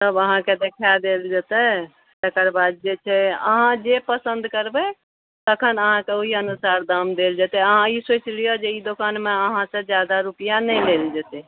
सब अहाँके देखा देल जेतै तकरबाद जे छै अहाँ जे पसन्द करबै तखन अहाँके ओहि अनुसार दाम देल जेतै अहाँ ई सोचि लिअ जे ई दोकानमे अहाँसँ जादा रुपिआ नहि लेल जेतै